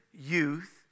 youth